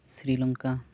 Sri Lanka